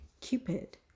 Cupid